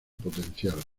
potencial